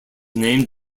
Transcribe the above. named